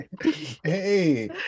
Hey